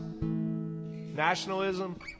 Nationalism